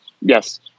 Yes